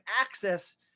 access